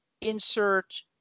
insert